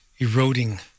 eroding